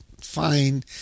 fine